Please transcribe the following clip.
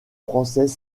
français